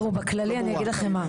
אני אגיד לכם מה,